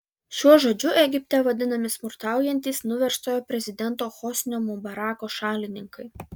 šiuo žodžiu egipte vadinami smurtaujantys nuverstojo prezidento hosnio mubarako šalininkai